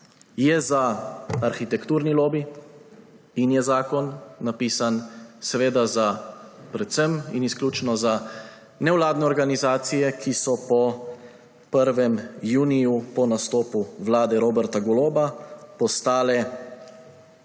Je za arhitekturni lobi. In je zakon napisan za predvsem in izključno za nevladne organizacije, ki so po prvem juniju, po nastopu vlade Roberta Goloba, postale